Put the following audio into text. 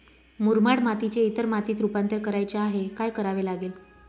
मुरमाड मातीचे इतर मातीत रुपांतर करायचे आहे, काय करावे लागेल?